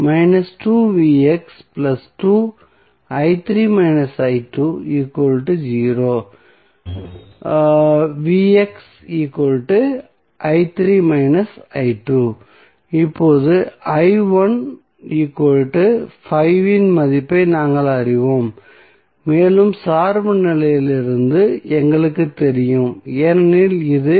இப்போது இன் மதிப்பை நாங்கள் அறிவோம் மேலும் சார்பு நிலையிலிருந்து எங்களுக்குத் தெரியும் ஏனெனில் இது